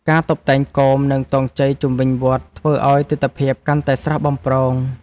ការតុបតែងគោម និងទង់ជ័យជុំវិញវត្ត ធ្វើឱ្យទិដ្ឋភាពកាន់តែស្រស់បំព្រង។